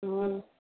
हुँ